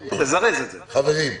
חברים,